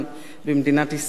במדינת ישראל,